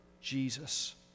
Jesus